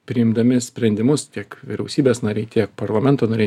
priimdami sprendimus tiek vyriausybės nariai tiek parlamento nariai